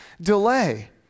delay